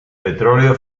petróleo